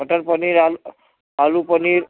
मटर पनीर आलू पनीर